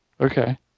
okay